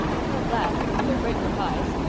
i'm real glad. they're great for pies.